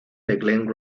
glen